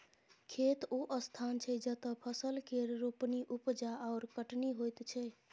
खेत ओ स्थान छै जतय फसल केर रोपणी, उपजा आओर कटनी होइत छै